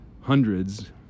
hundreds